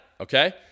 okay